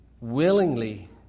Willingly